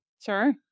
Sure